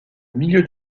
milieu